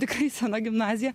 tikrai sena gimnazija